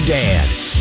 dance